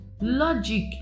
logic